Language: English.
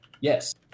Yes